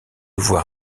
voir